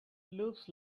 looks